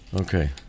Okay